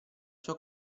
sua